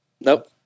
Nope